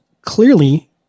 clearly